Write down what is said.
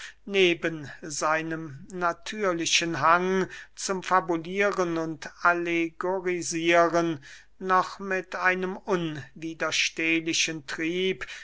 neben seinem natürlichen hang zum fabulieren und allegorisieren noch mit einem unwiderstehlichen trieb